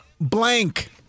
Blank